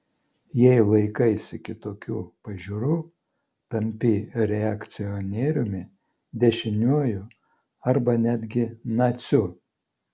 jei laikaisi kitokių pažiūrų tampi reakcionieriumi dešiniuoju arba netgi naciu